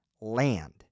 land